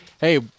Hey